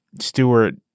Stewart